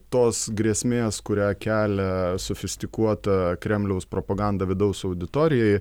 tos grėsmės kurią kelia sofistikuota kremliaus propaganda vidaus auditorijai